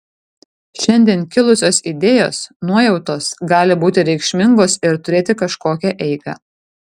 šiandien kilusios idėjos nuojautos gali būti reikšmingos ir turėti kažkokią eigą